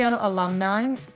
alumni